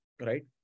right